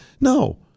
No